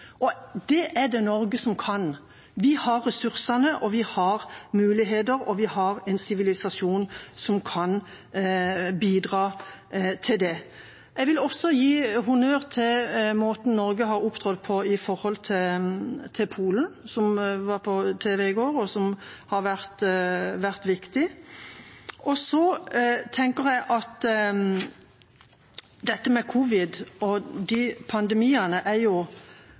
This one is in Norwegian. Det er det Norge som kan gjøre. Vi har ressursene, vi har muligheter, og vi har en sivilisasjon som kan bidra til det. Jeg vil også gi honnør til måten Norge har opptrådt på overfor Polen, noe som var på tv i går, og som har vært viktig. Når det gjelder covid-19 og pandemier – det spinner rundt at det blir mer og